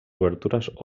obertures